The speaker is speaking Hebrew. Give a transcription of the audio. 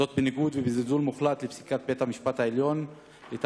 בניגוד לפסיקת בית-המשפט העליון ובזלזול מוחלט בה,